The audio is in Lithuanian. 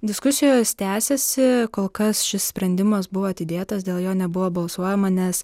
diskusijos tęsiasi kol kas šis sprendimas buvo atidėtas dėl jo nebuvo balsuojama nes